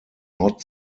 not